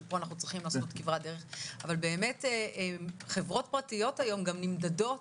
אלא חברות פרטיות היום נמדדות